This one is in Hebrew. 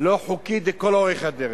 לא חוקית לכל אורך הדרך.